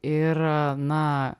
ir na